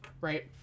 right